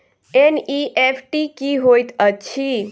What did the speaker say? NEFT की होइत अछि?